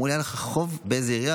ואמרו לי: היה לך חוב באיזו עירייה,